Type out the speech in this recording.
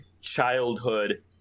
childhood